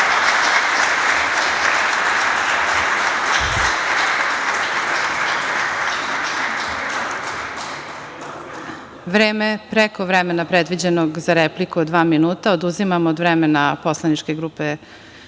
Vreme preko vremena predviđenog za repliku od dva minuta i zato vam oduzimam od vremena poslaničke grupe